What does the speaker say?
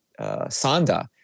Sanda